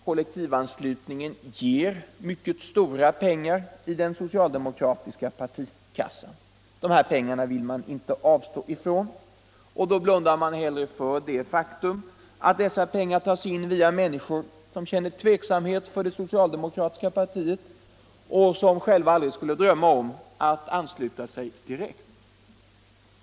Kollektivanslutningen ger stora pengar till den socialdemokratiska partikassan. Dessa pengar vill man inte avstå ifrån och då blundar man hellre för det faktum att dessa pengar tas in via människor som känner tveksamhet inför det socialdemokratiska partiet och som själva aldrig skulle drömma om att ansluta sig direkt.